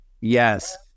Yes